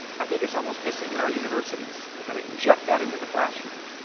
i think it's almost missing in our universities. we've got to inject that into the classroom.